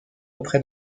auprès